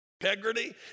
integrity